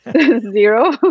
Zero